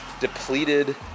depleted